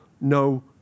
no